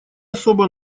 особо